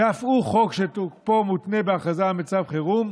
שאף הוא חוק שתוקפו מותנה בהכרזה על מצב חירום.